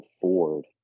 Ford